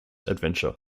adventure